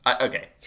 okay